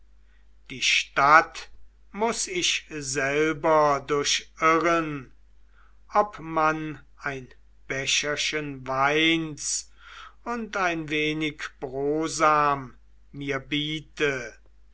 die stadt muß ich selber durchirren ob man ein becherchen weins und ein wenig brosam mir biete